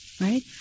Right